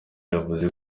yavuze